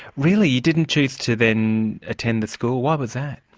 really? you didn't choose to then attend the school? why but